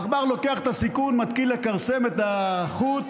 העכבר לוקח את הסיכון ומתחיל לכרסם את החוט,